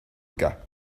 gars